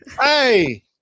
Hey